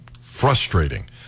frustrating